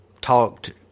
talked